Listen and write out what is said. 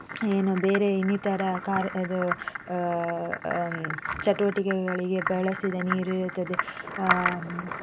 ಏನೋ ಬೇರೆ ಇನ್ನಿತರ ಕಾರ್ಯ ಇದು ಚಟುವಟಿಕೆಗಳಿಗೆ ಬಳಸಿದ ನೀರಿರುತ್ತದೆ